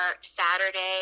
Saturday